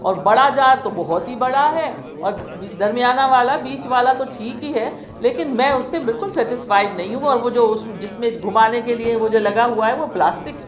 اور بڑا جار تو بہت ہی بڑا ہے اور درمیانہ والا بیچ والا تو ٹھیک ہی ہے لیکن میں اُس سے بالکل سیٹسفائڈ نہیں ہوں اور وہ جو اُس جس میں گھمانے کے لئے وہ جو لگا ہُوا ہے وہ پلاسٹک